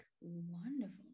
Wonderful